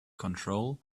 control